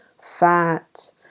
fat